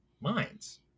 minds